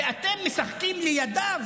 ואתם משחקים לידיו